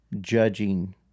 judging